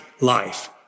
life